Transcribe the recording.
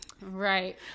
Right